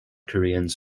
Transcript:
koreans